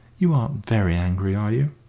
you aren't very angry, are you?